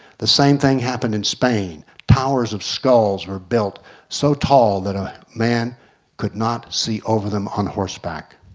the same thing happened in spain towers of skulls were built so tall that a man could not see over them on horseback.